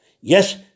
Yes